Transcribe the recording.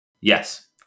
Yes